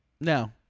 No